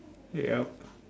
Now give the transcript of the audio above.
yup